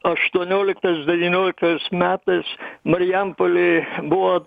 aštuonioliktais devynioliktais metais marijampolėj buvo